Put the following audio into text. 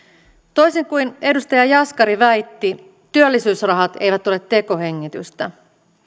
toisin kuin edustaja jaskari väitti työllisyysrahat eivät ole tekohengitystä